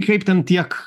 kaip ten tiek